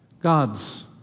God's